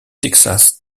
texas